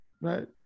right